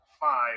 five